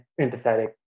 empathetic